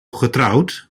getrouwd